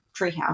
Treehouse